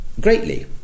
greatly